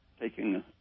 taking